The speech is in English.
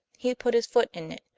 he put his foot in it,